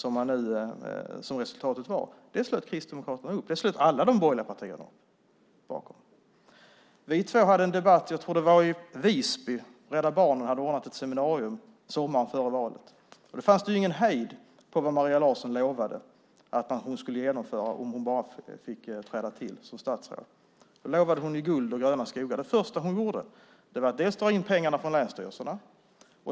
Alla de borgerliga partierna slöt upp bakom detta. Vi två hade en debatt i Visby. Rädda Barnen hade ordnat ett seminarium sommaren före valet. Då fanns det ingen hejd på vad Maria Larsson lovade att hon skulle genomföra om hon fick träda till som satstråd. Då lovade hon guld och gröna skogar. Det första hon gjorde var att dra in pengar från länsstyrelserna.